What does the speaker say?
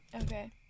Okay